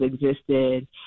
existed